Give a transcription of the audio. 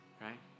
right